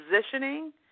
positioning